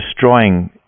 destroying